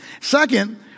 Second